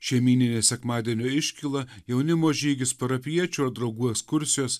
šeimyninė sekmadienio iškyla jaunimo žygis parapijiečių ar draugų ekskursijos